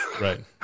Right